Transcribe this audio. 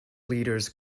leaders